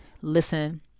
listen